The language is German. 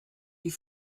die